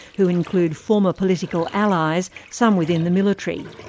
who include former political allies, some within the military.